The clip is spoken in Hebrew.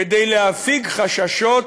כדי להפיג חששות,